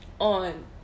on